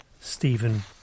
Stephen